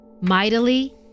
mightily